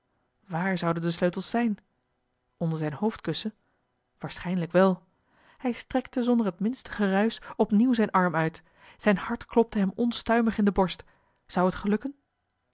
waar zouden de sleutels zijn onder zijn hoofdkussen waarschijnlijk wel hij strekte zonder het minste geruisch opnieuw zijn arm uit zijn hart klopte hem onstuimig in de borst zou het gelukken